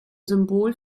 symbol